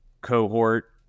cohort